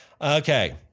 Okay